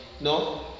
No